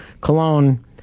Cologne